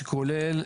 שכולל,